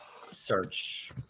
search